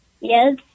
Yes